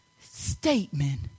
statement